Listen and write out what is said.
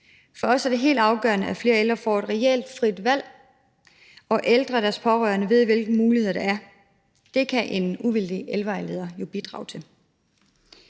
For os er det helt afgørende, at flere ældre får et reelt frit valg, og at ældre og deres pårørende ved, hvilke muligheder der er. Det kan en uvildig ældrevejleder jo bidrage til.